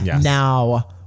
now